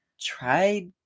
tried